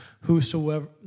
Whosoever